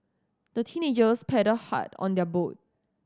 the teenagers paddled hard on their boat